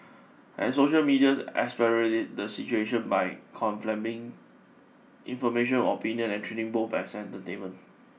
and social media exacerbates the situation by con flaming information opinion and treating both as entertainment